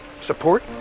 support